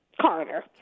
Carter